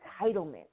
Entitlement